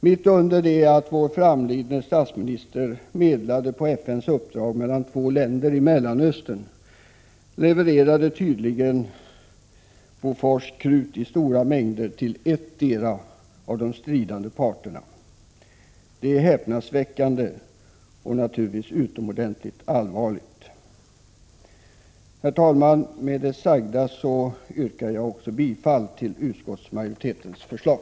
Mitt under det att vår framlidne statsminister medlade på FN:s uppdrag mellan två länder i Mellanöstern levererade tydligen Bofors krut i stora mängder till en av de stridande parterna. Det är häpnadsväckande och naturligtvis utomordentligt allvarligt. Herr talman! Med det sagda yrkar jag bifall till utskottsmajoritetens förslag.